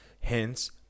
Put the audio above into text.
hence